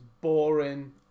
boring